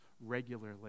regularly